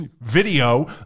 video